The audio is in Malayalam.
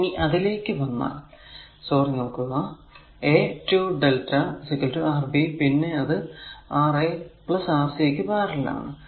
ഇനി അതിലേക്കു വന്നാൽ സോറി നോക്കുക a 2 lrmΔ Rb പിന്നെ അത് Ra Rc ക്കു പാരലൽ ആണ്